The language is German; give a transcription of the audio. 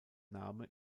name